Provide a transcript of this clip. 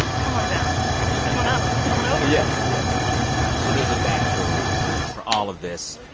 come on down. come on up. come on over yes, yes so there's a back story for all of this.